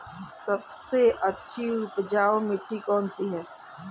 सबसे अच्छी उपजाऊ मिट्टी कौन सी है?